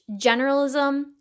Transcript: generalism